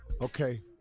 Okay